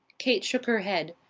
kate shook her head.